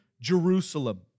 Jerusalem